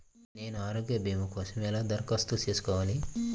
నేను ఆరోగ్య భీమా కోసం ఎలా దరఖాస్తు చేసుకోవాలి?